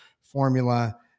formula